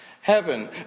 heaven